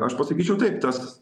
aš pasakyčiau taip tas